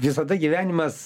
visada gyvenimas